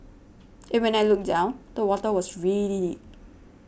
and when I looked down the water was really deep